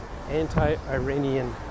anti-Iranian